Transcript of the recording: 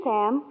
Sam